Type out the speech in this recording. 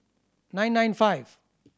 nine nine five